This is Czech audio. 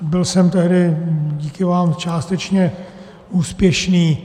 Byl jsem tehdy díky vám částečně úspěšný.